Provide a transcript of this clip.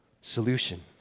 solution